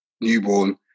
newborn